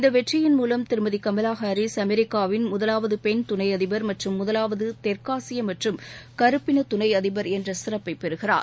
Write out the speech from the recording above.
இந்த வெற்றியின் மூலம் திருமதி கமலா ஹாரிஸ் அமெரிக்காவின் முதலாவது பெண் துணை அதிபர் மற்றும் முதலாவது தெற்காசிய மற்றும் கருப்பின துணை அதிபர் என்ற சிறப்பை பெறுகிறார்